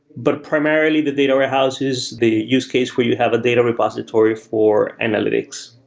but primarily the data warehouse is the use case we have a data repository for analytics.